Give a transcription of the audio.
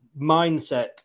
mindset